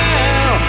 now